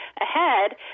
ahead